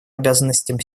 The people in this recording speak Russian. обязанностям